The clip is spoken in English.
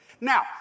Now